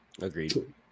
Agreed